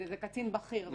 זה קצין בכיר.